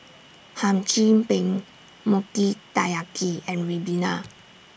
Hum Chim Peng Mochi Taiyaki and Ribena